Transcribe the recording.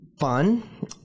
fun